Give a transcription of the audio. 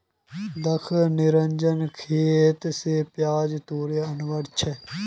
दख निरंजन खेत स प्याज तोड़े आनवा छै